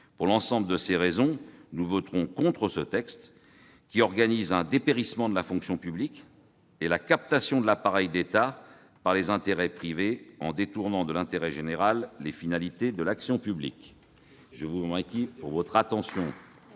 Pour l'ensemble de ces raisons, nous voterons contre ce texte qui organise le dépérissement de la fonction publique et la captation de l'appareil d'État par les intérêts privés, en détournant de l'intérêt général les finalités de l'action publique. Tout ce qui est excessif